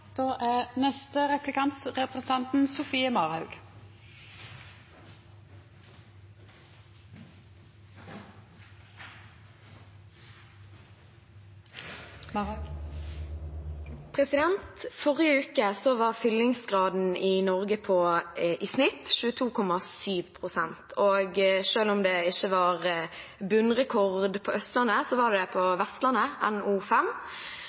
Forrige uke var fyllingsgraden i Norge i snitt 22,7 pst. Selv om det ikke var bunnrekord på Østlandet, var det